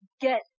get